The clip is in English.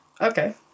Okay